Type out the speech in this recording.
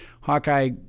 Hawkeye